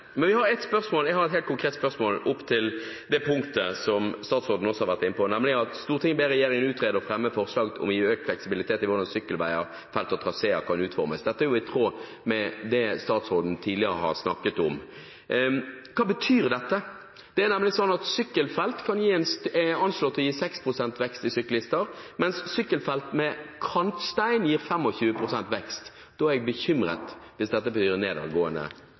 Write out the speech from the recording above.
men det er vel neppe noe statsråden kan ta til inntekt for sitt eget engasjement og sin egen satsing i denne saken. Jeg har et helt konkret spørsmål knyttet til det punktet som også statsråden har vært inne på, nemlig forslag til vedtak I: «Stortinget ber regjeringen utrede og fremme forslag om å gi økt fleksibilitet i hvordan sykkelveger, -felt og -traseer kan utformes.» Dette er i tråd med det statsråden tidligere har snakket om. Hva betyr dette? Sykkelfelt er nemlig anslått å kunne gi 6 pst. vekst i antallet syklister, mens sykkelfelt med kantstein gir 25 pst. vekst. Da er jeg bekymret hvis